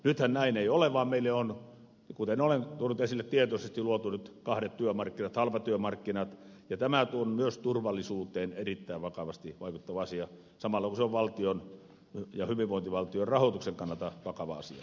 nythän näin ei ole vaan meille on kuten olen tuonut esille tietoisesti luotu kahdet työmarkkinat halpatyömarkkinat ja tämä on myös turvallisuuteen erittäin vakavasti vaikuttava asia samalla kun se on valtion ja hyvinvointivaltion rahoituksen kannalta vakava asia